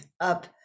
up